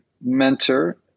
mentor